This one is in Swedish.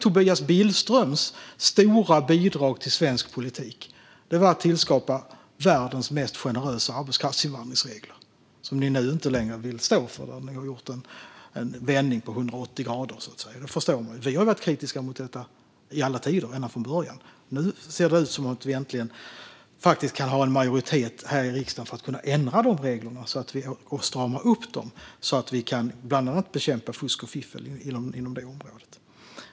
Tobias Billströms stora bidrag till svensk politik var att tillskapa världens mest generösa regler för arbetskraftsinvandring. Detta vill ni nu inte längre stå för, utan ni har gjort en vändning på 180 grader. Vi har varit kritiska till detta under alla tider, ända från början. Nu ser det äntligen ut som att vi har en majoritet här i riksdagen för att ändra dessa regler och strama upp dem så att vi bland annat kan bekämpa fusk och fiffel inom detta område.